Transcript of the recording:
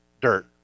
dirt